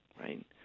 right